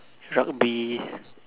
rugby